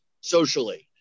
socially